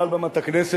מעל בימת הכנסת,